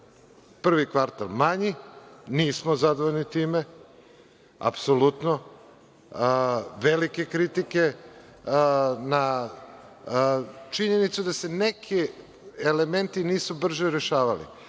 prvi kvartal manji, nismo zadovoljni time, apsolutno. Velike kritike na činjenicu da se neki elementi nisu brže rešavali.